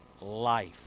life